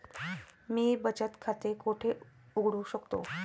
मी बचत खाते कुठे उघडू शकतो?